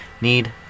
need